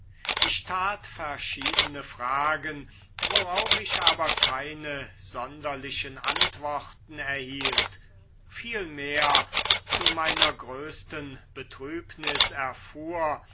ich tat verschiedene fragen worauf ich aber keine sonderlichen antworten erhielt vielmehr zu meiner größten betrübnis erfuhr